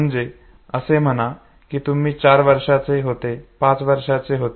म्हणजे असे म्हणा कि जेव्हा तुम्ही चार वर्षांचे पाच वर्षांचे होते